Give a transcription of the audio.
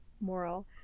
moral